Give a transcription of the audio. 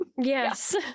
Yes